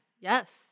Yes